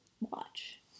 watch